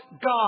God